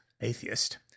atheist